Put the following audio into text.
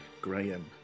Graham